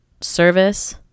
service